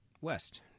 west